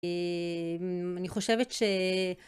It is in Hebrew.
אמממ... אני חושבת ש...